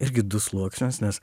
irgi du sluoksnius nes